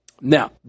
Now